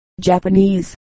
Japanese